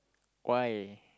why